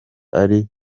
ari